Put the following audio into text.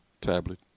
tablet